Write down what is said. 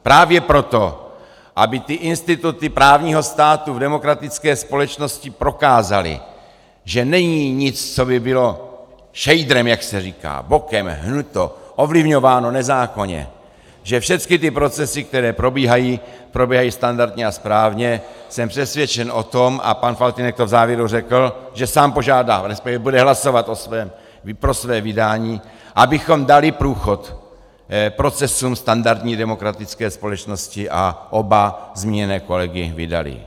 Právě proto, aby ty instituty právního státu v demokratické společnosti prokázaly, že není nic, co by bylo šejdrem, jak se říká, bokem ovlivňováno nezákonně, že všechny ty procesy, které probíhají, probíhají standardně a správně, jsem přesvědčen o tom a pan Faltýnek to v závěru řekl, že sám bude hlasovat pro své vydání abychom dali průchod procesům standardní demokratické společnosti a oba zmíněné kolegy vydali.